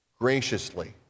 graciously